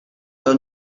will